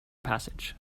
passage